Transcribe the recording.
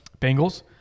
Bengals